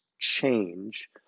change